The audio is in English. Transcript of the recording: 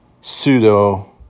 pseudo